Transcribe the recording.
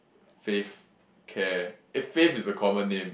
faith care eh faith is a common name